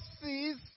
sees